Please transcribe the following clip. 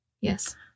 Yes